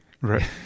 Right